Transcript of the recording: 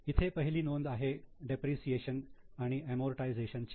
इथे पहिली नोंद आहे डेप्रिसिएशन आणि अमोर्टायझेशनची